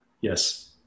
Yes